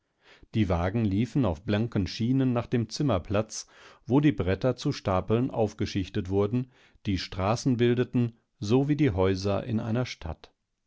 die wagen liefen auf blanken schienen nachdemzimmerplatz wodiebretterzustapelnaufgeschichtetwurden die straßen bildeten so wie die häuser in einer stadt